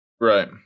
Right